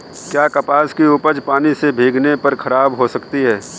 क्या कपास की उपज पानी से भीगने पर खराब हो सकती है?